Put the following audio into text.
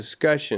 discussion